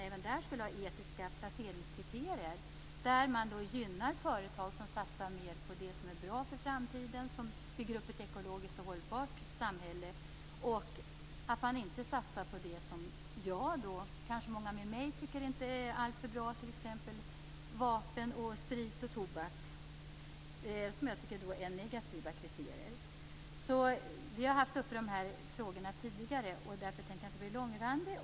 Även där skulle man ha etiska placeringskriterier där man gynnar företag som satsar på det som är bra för framtiden och bygger upp ett ekologiskt hållbart samhälle. Däremot skulle man inte satsa på det som jag, och kanske många med mig, inte tycker är alltför bra, t.ex. vapen, sprit och tobak. Detta tycker jag är negativa kriterier. Vi har haft de här frågorna uppe tidigare, och därför tänker jag inte bli långrandig.